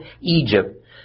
Egypt